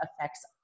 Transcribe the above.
affects